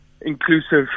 inclusive